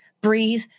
breathe